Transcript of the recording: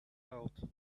out